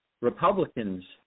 Republicans